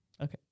Okay